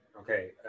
Okay